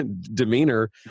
demeanor